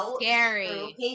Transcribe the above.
scary